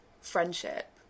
friendship